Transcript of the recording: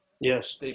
Yes